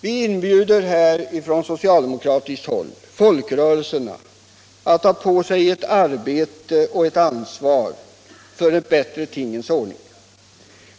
Vi inbjuder från socialdemokratiskt håll folkrörelserna att ta på sig ett arbete och ett ansvar för en bättre tingens ordning.